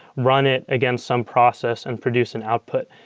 run it again some process and produce an output.